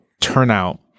turnout